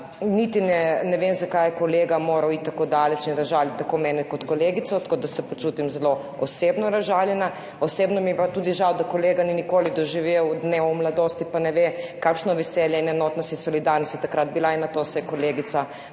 Niti ne ne vem, zakaj je kolega moral iti tako daleč in razžaliti tako mene kot kolegico, tako da se počutim zelo osebno razžaljena. Osebno mi je pa tudi žal, da kolega ni nikoli doživel dneva mladosti pa ne ve, kakšni veselje in enotnost in solidarnost so takrat bili, in na to se je kolegica Bojana